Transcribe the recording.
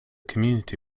community